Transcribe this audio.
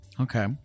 Okay